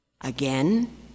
Again